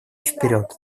вперед